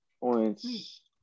Points